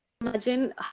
imagine